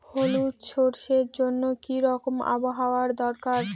হলুদ সরষে জন্য কি রকম আবহাওয়ার দরকার?